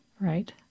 right